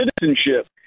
citizenship